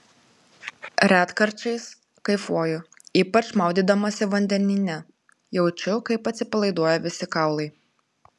retkarčiais kaifuoju ypač maudydamasi vandenyne jaučiu kaip atsipalaiduoja visi kaulai